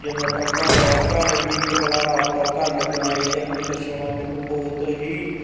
ਜਿਵੇਂ ਆਪਾਂ ਘਰ ਹੈ ਘਰ ਵੀ ਇੱਕ ਤਰ੍ਹਾਂ ਦਾ ਆਪਦਾ ਘਰ ਲੱਗਣਾ ਜਾਂ ਕੋਈ ਦਰਸਾਉਣਾ ਮੈਨੂੰ ਬਹੁਤ ਹੀ